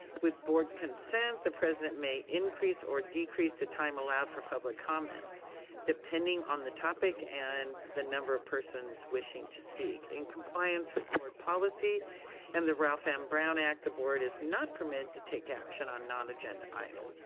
with board consent, the president may increase or decrease the time allowed for public comments depending on the topic and the number of persons wishing to speak. in compliance with board policy and the ralph m. brown act, the board is not permitted to take action on non-agenda items.